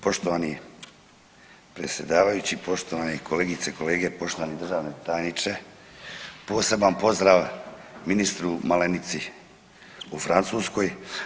Poštovani predsjedavajući, poštovani kolegice i kolege, poštovani državni tajniče poseban pozdrav ministru Malenici u Francuskoj.